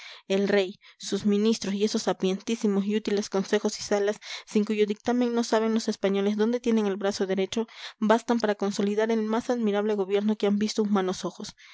el rey sus ministros y esos sapientísimos y útiles consejos y salas sin cuyo dictamen no saben los españoles dónde tienen el brazo derecho bastan para consolidar el más admirable gobierno que han visto humanos ojos